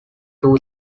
two